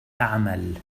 تعمل